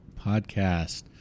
Podcast